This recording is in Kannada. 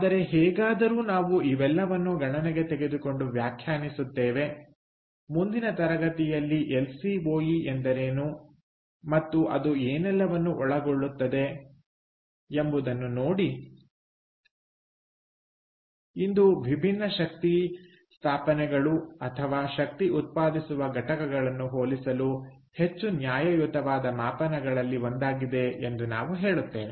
ಆದರೆ ಹೇಗಾದರೂ ನಾವು ಇವೆಲ್ಲವನ್ನೂ ಗಣನೆಗೆ ತೆಗೆದುಕೊಂಡು ವ್ಯಾಖ್ಯಾನಿಸುತ್ತೇವೆ ಮುಂದಿನ ತರಗತಿಯಲ್ಲಿ ಎಲ್ ಸಿ ಓ ಇ ಎಂದರೇನು ಮತ್ತು ಅದು ಏನೆಲ್ಲವನ್ನೂ ಒಳಗೊಳ್ಳುತ್ತದೆ ಎಂಬುದನ್ನು ನೋಡಿ ಇದು ವಿಭಿನ್ನ ಶಕ್ತಿ ಸ್ಥಾಪನೆಗಳು ಅಥವಾ ಶಕ್ತಿ ಉತ್ಪಾದಿಸುವ ಘಟಕಗಳನ್ನು ಹೋಲಿಸಲು ಹೆಚ್ಚು ನ್ಯಾಯಯುತವಾದ ಮಾಪನಗಳಲ್ಲಿ ಒಂದಾಗಿದೆ ಎಂದು ನಾವು ಹೇಳುತ್ತೇವೆ